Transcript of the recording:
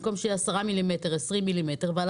במקום שיהיה 10 מילימטר 20 מילימטר ועל